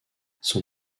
son